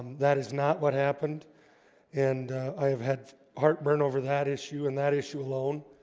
that is not what happened and i have had heartburn over that issue and that issue alone